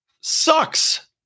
sucks